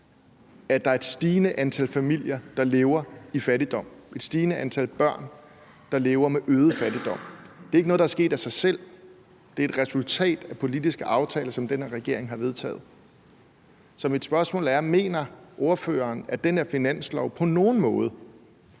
at der er et stigende antal familier, der lever i fattigdom – et stigende antal børn, der lever med øget fattigdom. Det er ikke noget, der er sket af sig selv. Det er et resultat af politiske aftaler, som den her regering har vedtaget. Så mit spørgsmål er: Mener ordføreren, at den her finanslov på nogen måde